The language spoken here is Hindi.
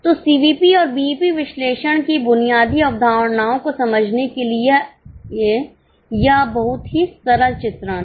तो सीवीपी और बीईपी विश्लेषण की बुनियादी अवधारणाओं को समझने के लिए यह एक बहुत ही सरल चित्रण था